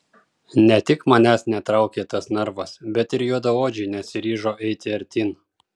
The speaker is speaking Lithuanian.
ne tik manęs netraukė tas narvas bet ir juodaodžiai nesiryžo eiti artyn